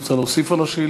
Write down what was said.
את רוצה להוסיף על השאילתה?